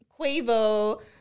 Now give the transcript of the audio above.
Quavo